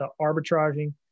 arbitraging